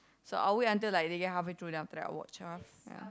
so I'll wait until like they get halfway through then after that I watch ah ya